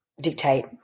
dictate